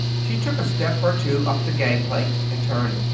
she took a step or two up the gangplank, and turned.